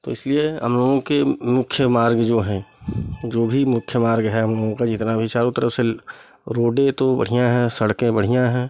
तो इसलिए हम लोगों के मुख्य मार्ग जो हैं जो भी मुख्य मार्ग हैं हम लोगों का जितना भी चारों तरफ़ से रोडें तो बढ़िया हैं सड़कें बढ़िया हैं